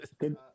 Good